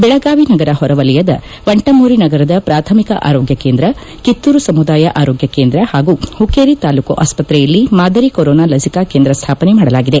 ಬೆಳಗಾವಿ ನಗರ ಹೊರವಲಯದ ವಂಟಮೂರಿ ನಗರದ ಪ್ರಾಥಮಿಕ ಆರೋಗ್ಯ ಕೇಂದ್ರ ಕಿತ್ತೂರು ಸಮುದಾಯ ಆರೋಗ್ಯ ಕೇಂದ್ರ ಹಾಗೂ ಪುಕ್ಕೇರಿ ತಾಲ್ಲೂಕು ಆಸ್ತತ್ರೆಯಲ್ಲಿ ಮಾದರಿ ಕೊರೊನಾ ಲಸಿಕಾ ಕೇಂದ್ರ ಸ್ಥಾಪನೆ ಮಾಡಲಾಗಿದೆ